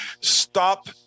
Stop